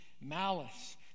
malice